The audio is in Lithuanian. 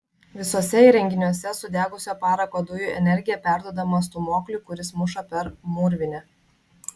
visuose įrenginiuose sudegusio parako dujų energija perduodama stūmokliui kuris muša per mūrvinę